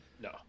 No